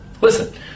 Listen